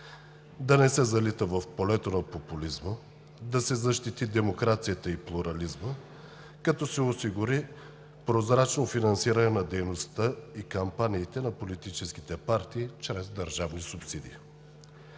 да не се залита в полето на популизма, да се защити демокрацията и плурализмът, като се осигури прозрачно финансиране на дейността и кампаниите на политическите партии чрез държавни субсидии.